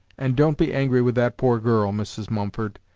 and don't be angry with that poor girl, mrs. mumford.